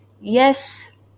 Yes